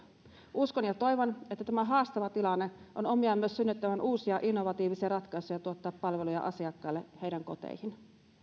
uskon ja toivon että tämä haastava tilanne on omiaan myös synnyttämään uusia innovatiivisia ratkaisuja tuottaa palveluja asiakkaille heidän koteihinsa